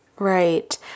Right